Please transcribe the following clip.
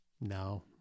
No